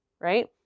right